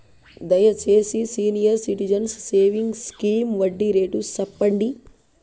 దయచేసి senior citizens savings scheme వడ్డీ rate సెప్పండి